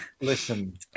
Listen